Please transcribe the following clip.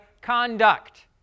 conduct